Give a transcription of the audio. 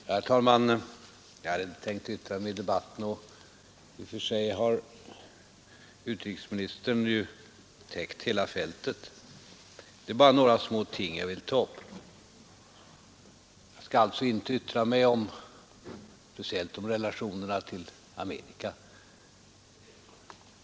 Herr talman! Jag hade inte tänkt yttra mig i debatten, och i och för sig har utrikesministern täckt hela fältet. Jag skall inte yttra mig om relationerna till Amerika.